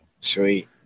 Sweet